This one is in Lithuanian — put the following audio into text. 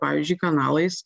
pavyzdžiui kanalais